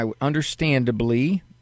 understandably